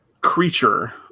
creature